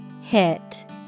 Hit